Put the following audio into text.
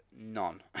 None